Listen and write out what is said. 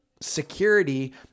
security